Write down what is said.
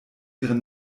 ihre